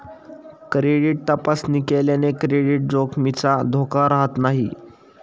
credit तपासणी केल्याने credit जोखमीचा धोका राहत नाही